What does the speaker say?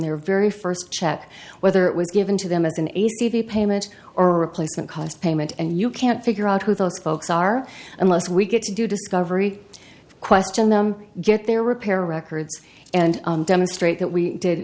their very first check whether it was given to them as an e c v payment or replacement cost payment and you can't figure out who those folks are unless we get to do discovery question them get their repair records and demonstrate that we did